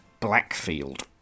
Blackfield